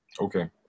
Okay